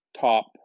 top